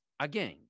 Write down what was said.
Again